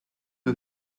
you